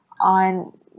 on